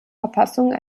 verfassung